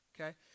okay